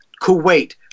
Kuwait